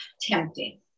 tempting